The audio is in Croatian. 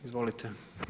Izvolite.